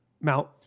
Mount